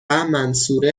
منصوره